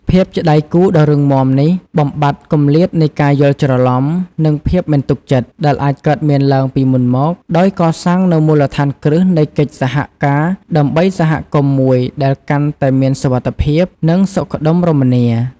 ភាពជាដៃគូដ៏រឹងមាំនេះ បំបាត់គម្លាតនៃការយល់ច្រឡំ និងភាពមិនទុកចិត្ត ដែលអាចកើតមានឡើងពីមុនមក ដោយកសាងនូវមូលដ្ឋានគ្រឹះនៃកិច្ចសហការដើម្បីសហគមន៍មួយដែលកាន់តែមានសុវត្ថិភាព និងសុខដុមរមនា។